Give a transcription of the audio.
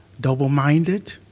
double-minded